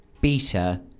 beta